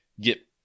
get